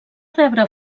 rebre